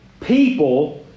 People